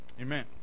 Amen